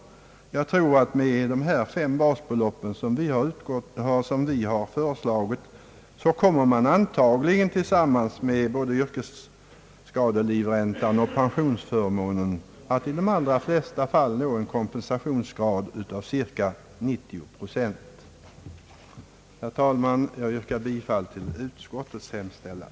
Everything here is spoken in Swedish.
Jag tror att med de fem basbelopp, som vi har föreslagit, kommer man antagligen tillsammans med både yrkesskadelivräntan och pensionsförmånen att i de allra flesta fall nå en kompensationsgrad av cirka 90 procent. Herr talman! Jag yrkar bifall till utskottets hemställan.